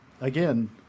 again